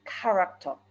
character